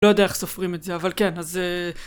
לא יודע איך סופרים את זה אבל כן אז